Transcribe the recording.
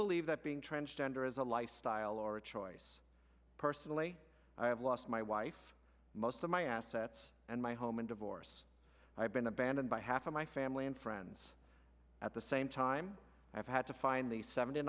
believe that being transgender is a lifestyle or a choice personally i have lost my wife most of my assets and my home and divorce i have been abandoned by half of my family and friends at the same time i have had to find the sevent